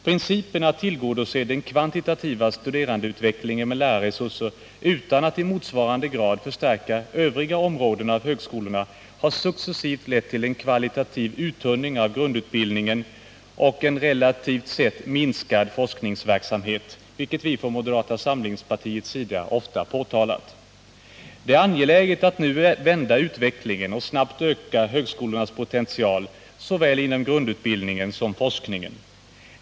Principen att tillgodose den kvantitativa studerandeutvecklingen med lärarresurser utan att i motsvarande grad förstärka övriga områden av högskolorna har successivt lett till en kvalitativ uttunning av grundutbildningen och en relativt sett minskad forskningsverksamhet, vilket vi i moderata samlingspartiet ofta påtalat. Det är angeläget att nu vända utvecklingen och snabbt öka högskolornas potential såväl inom grundutbildningen som inom forskningen.